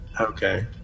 Okay